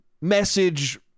message